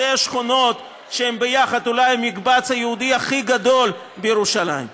שתי השכונות שהן יחד אולי המקבץ היהודי הכי גדול בירושלים?